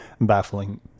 baffling